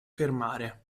fermare